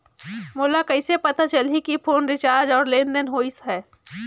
मोला कइसे पता चलही की फोन रिचार्ज और लेनदेन होइस हे?